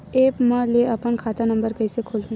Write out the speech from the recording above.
App म ले अपन खाता नम्बर कइसे खोलहु?